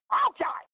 okay